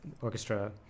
Orchestra